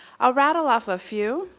i'll rattle off a few.